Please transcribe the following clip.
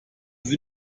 sie